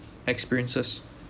experiences